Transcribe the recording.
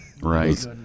Right